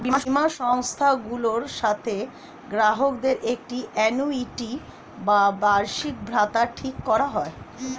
বীমা সংস্থাগুলোর সাথে গ্রাহকদের একটি আ্যানুইটি বা বার্ষিকভাতা ঠিক করা হয়